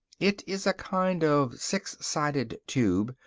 it is a kind of six-sided tube,